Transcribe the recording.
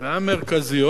והמרכזיות